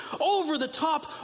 over-the-top